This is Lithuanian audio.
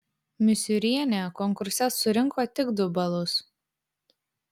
misiūrienė konkurse surinko tik du balus